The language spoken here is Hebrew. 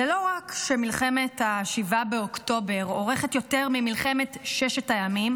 זה לא רק שמלחמת 7 באוקטובר אורכת יותר ממלחמת ששת הימים